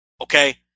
Okay